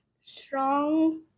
strong